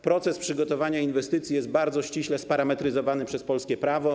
Proces przygotowania inwestycji jest bardzo ściśle sparametryzowany przez polskie prawo.